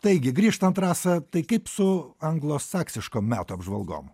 taigi grįžtant rasa tai kaip su anglosaksiškom metų apžvalgom